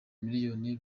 miliyoni